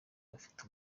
bafite